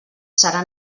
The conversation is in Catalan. serà